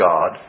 God